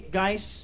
guys